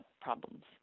problems